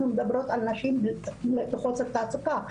אנחנו מדברות על נשים בחוסר תעסוקה.